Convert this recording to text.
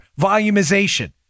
volumization